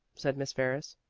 said miss ferris.